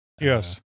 Yes